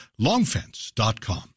longfence.com